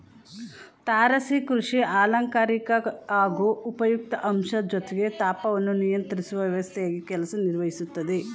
ತಾರಸಿ ಕೃಷಿ ಅಲಂಕಾರಿಕ ಹಾಗೂ ಉಪಯುಕ್ತ ಅಂಶ ಜೊತೆಗೆ ತಾಪವನ್ನು ನಿಯಂತ್ರಿಸುವ ವ್ಯವಸ್ಥೆಯಾಗಿ ಕೆಲಸ ನಿರ್ವಹಿಸ್ತದೆ